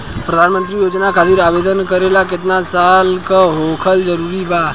प्रधानमंत्री योजना खातिर आवेदन करे ला केतना साल क होखल जरूरी बा?